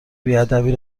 بیادبی